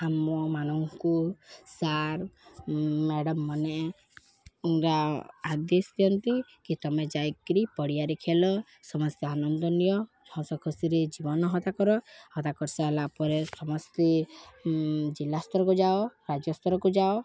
ଆମମାନଙ୍କୁ ସାର୍ ମ୍ୟାଡ଼ାମ୍ମାନେ ଆଦେଶ ଦିଅନ୍ତି କି ତମେ ଯାଇକିରି ପଡ଼ିଆରେ ଖେଲ ସମସ୍ତେ ଆନନ୍ଦ ନିଅ ହସଖୁସିରେ ଜୀବନ ହତା କର ହତା କରିସାରିଲା ପରେ ସମସ୍ତେ ଜିଲ୍ଲା ସ୍ତରକୁ ଯାଅ ରାଜ୍ୟ ସ୍ତରକୁ ଯାଅ